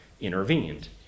intervened